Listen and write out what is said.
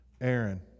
Aaron